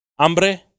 hambre